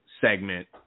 segment